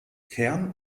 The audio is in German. kern